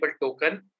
token